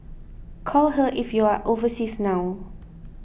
call her if you are overseas now